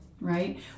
right